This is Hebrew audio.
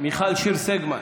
מיכל שיר סגמן,